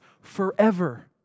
forever